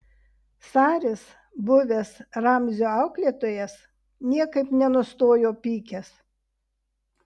saris buvęs ramzio auklėtojas niekaip nenustojo pykęs